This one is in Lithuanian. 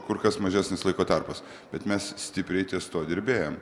kur kas mažesnis laiko tarpas bet mes stipriai ties tuo dirbėjom